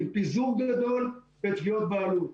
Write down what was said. עם פיזור גדול ותביעות בעלות.